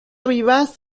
vivaz